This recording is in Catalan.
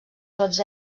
tots